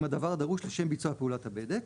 אם הדבר דרוש לשם ביצוע פעולות הבדק,